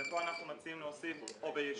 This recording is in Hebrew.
וכאן אנחנו מציעים להוסיף "או בישות".